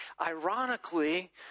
ironically